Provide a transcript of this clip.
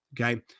Okay